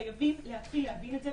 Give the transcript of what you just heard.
חייבים להתחיל להבין את זה.